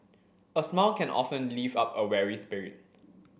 a smile can often lift up a weary spirit